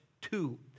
two